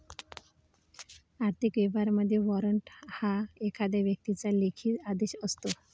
आर्थिक व्यवहारांमध्ये, वॉरंट हा एखाद्या व्यक्तीचा लेखी आदेश असतो